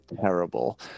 terrible